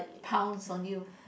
pounds on you